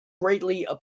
greatly